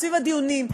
סביב הדיונים,